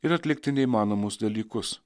ir atlikti neįmanomus dalykus